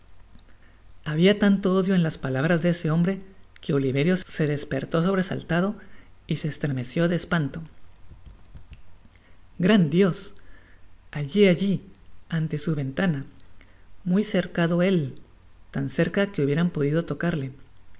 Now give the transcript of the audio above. habia tanto odio en las palabras de ese hombre que oliverio se despertó sobresaltado y se estremeció de espanto gran dios alli alli ante su vgntana muy cercado él tan cerca que hubieran podido tocarle